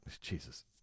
Jesus